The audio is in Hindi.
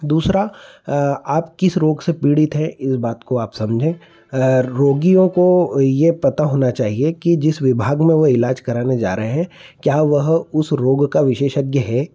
दूसरा आप किस रोग से पीड़ित हैं इस बात को आप समझें रोगियों को ये पता होना चाहिए कि जिस विभाग में वो इलाज कराने जा रहें हैं क्या वह उस रोग का विशेषज्ञ है